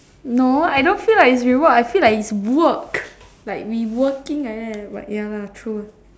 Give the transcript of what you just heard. no I don't feel like is reward I feel like is work like we working like that but ya lah true lah